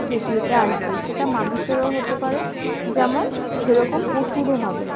পৃথিবীতে আসবে সেটা মানুষেরও হতে পারে যেমন সেরকম পশুরও হবে